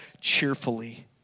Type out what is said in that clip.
cheerfully